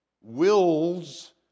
wills